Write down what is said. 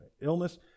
illness